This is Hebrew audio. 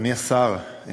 אדוני השר,